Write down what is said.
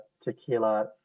tequila